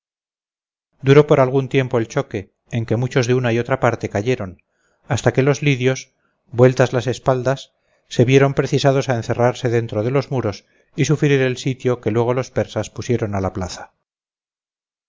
duró por algún tiempo el choque en que muchos de una y otra parte cayeron hasta que los lidios vueltas las espaldas se vieron precisados a encerrarse dentro de los muros y sufrir el sitio que luego los persas pusieron a la plaza